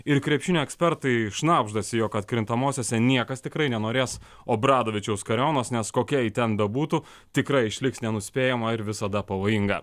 ir krepšinio ekspertai šnabždasi jog atkrintamosiose niekas tikrai nenorės obradovičiaus kariaunos nes kokia ji ten bebūtų tikrai išliks nenuspėjama ir visada pavojinga